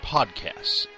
Podcasts